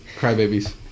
Crybabies